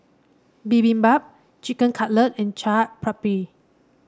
Bibimbap Chicken Cutlet and Chaat Papri